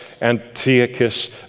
Antiochus